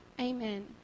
Amen